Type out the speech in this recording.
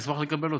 נשמח לקבל אותו.